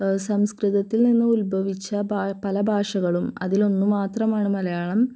സംസ്കൃതത്തിൽ നിന്ന് ഉത്ഭവിച്ച ബാ പല ഭാഷകളും അതിൽ ഒന്ന് മാത്രമാണ് മലയാളം